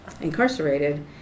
incarcerated